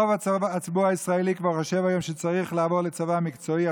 רוב הציבור הישראלי חושב היום שיש לעבור לצבא מקצועי.